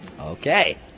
Okay